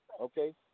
Okay